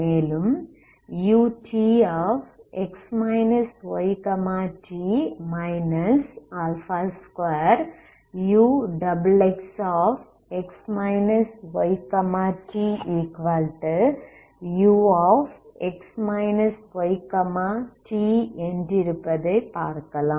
மேலும் utx yt 2uxxx ytux yt என்றிருப்பது பார்க்கலாம்